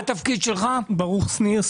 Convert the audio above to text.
ברוך שניר,